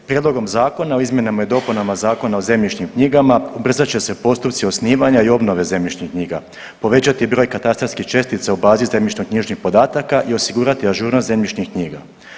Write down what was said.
Prijedlogom zakona o izmjenama i dopunama Zakona o zemljišnim knjigama ubrzat će se postupci osnivanja i obnove zemljišnih knjiga, povećati broj katastarskih čestica u bazi zemljišno-knjižnih podataka i osigurati ažurnost zemljišnih knjiga.